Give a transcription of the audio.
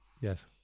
Yes